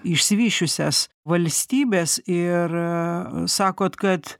išsivysčiusias valstybes ir sakot kad